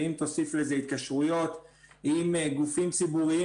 ואם תוסיף לזה את ההתקשרויות עם גופים ציבוריים